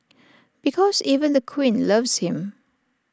because even the queen loves him